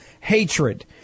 hatred